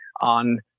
on